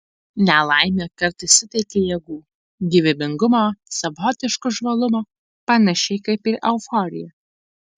nelaimė kartais suteikia jėgų gyvybingumo savotiško žvalumo panašiai kaip ir euforija